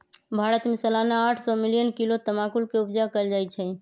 भारत में सलाना आठ सौ मिलियन किलो तमाकुल के उपजा कएल जाइ छै